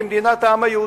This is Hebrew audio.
כמדינת העם היהודי.